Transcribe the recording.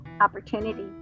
opportunity